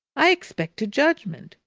i expect a judgment.